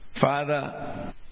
Father